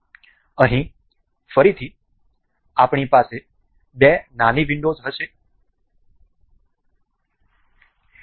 અહીં ફરીથી આપણી પાસે બે નાની વિંડોઝ છે